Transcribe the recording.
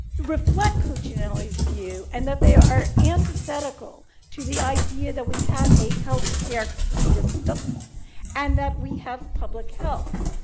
reflect cuccinelli's view and that they are antithetical to the idea that we have a health care system and that we have public health.